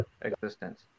existence